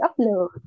upload